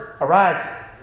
arise